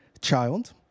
child